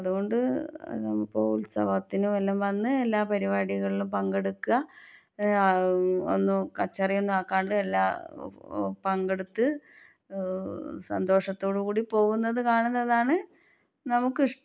അതുകൊണ്ട് ഇപ്പോൾ ഉത്സവത്തിന് വല്ലതും വന്ന് എല്ലാ പരിപാടികളിലും പങ്കെടുക്കാം ഒന്ന് കച്ചറയൊന്നും ആക്കാണ്ട് എല്ലാം പങ്കെടുത്ത് സന്തോഷത്തോടു കൂടി പോകുന്നത് കാണുന്നതാണ് നമുക്കിഷ്ടം